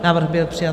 Návrh byl přijat.